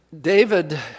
David